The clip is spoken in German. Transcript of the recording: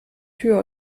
tür